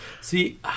See